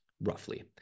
roughly